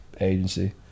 agency